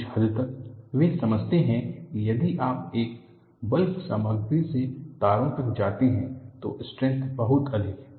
कुछ हद तक वे समझते हैं कि यदि आप एक बल्क सामग्री से तारों तक जाते हैं तो स्ट्रेंथ बहुत अधिक है